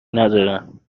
ندارم